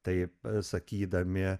tai sakydami